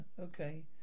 okay